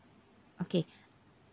okay